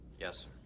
Yes